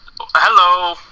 Hello